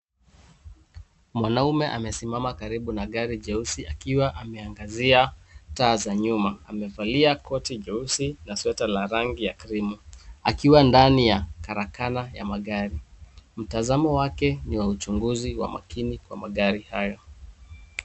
Mwanaume amesimama karibu na gari jeusi akiwa ameangazia taa za nyuma. Amevalia koti jeusi na sweta la rangi ya krimu akiwa ndani ya karakana ya magari. Mtazamo wake ni wa uchunguzi wa makini kwa magari hayo.